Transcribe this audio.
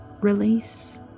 Release